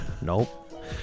Nope